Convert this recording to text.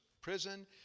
prison